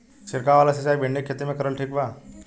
छीरकाव वाला सिचाई भिंडी के खेती मे करल ठीक बा?